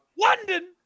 london